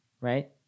Right